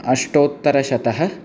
अष्टोत्तरशतं